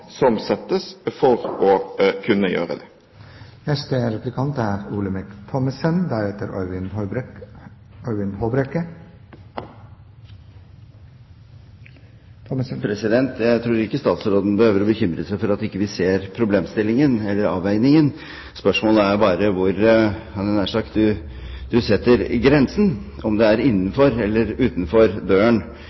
som settes for å kunne gjøre det. Jeg tror ikke statsråden behøver å bekymre seg for at vi ikke ser problemstillingen eller avveiningen. Spørsmålet er bare hvor du setter grensen, hadde jeg nær sagt – om det er innenfor eller utenfor døren,